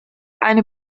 eine